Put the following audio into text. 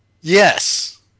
Yes